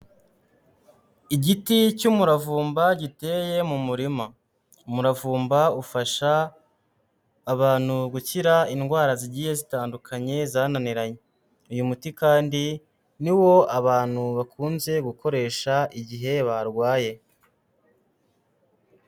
Igiti cy'umuravumba giteye mu murima, umuravumba ufasha abantu gukira indwara zigiye zitandukanye zananiranye. Uyu muti kandi niwo abantu bakunze gukoresha igihe barwaye.